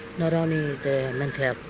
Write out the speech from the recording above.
not only the mental yeah